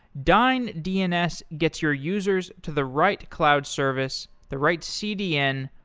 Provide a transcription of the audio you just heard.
dyn dns gets your users to the right cloud service, the right cdn,